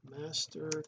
master